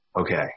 Okay